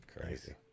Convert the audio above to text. crazy